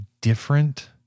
different